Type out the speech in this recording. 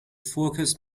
focused